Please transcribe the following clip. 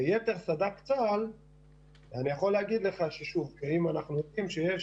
אני יכול להגיד לך שאם אנחנו יודעים שיש